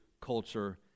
culture